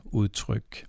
udtryk